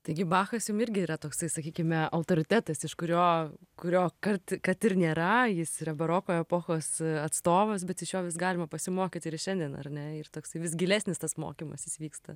taigi bachas jum irgi yra toksai sakykime autoritetas iš kurio kurio kart kad ir nėra jis yra baroko epochos atstovas bet iš jo vis galima pasimokyti ir šiandien ar ne ir toksai vis gilesnis tas mokymasis vyksta